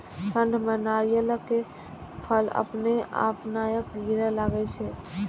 ठंड में नारियल के फल अपने अपनायल गिरे लगए छे?